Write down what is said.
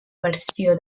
versió